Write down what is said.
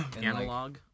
analog